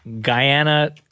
Guyana